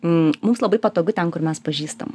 mm mums labai patogu ten kur mes pažįstam